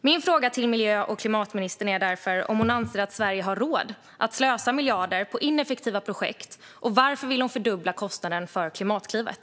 Min fråga till miljö och klimatministern är därför om hon anser att Sverige har råd att slösa miljarder på ineffektiva projekt och varför hon vill fördubbla kostnaden för Klimatklivet.